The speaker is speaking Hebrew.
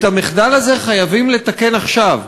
את המחדל הזה חייבים לתקן עכשיו,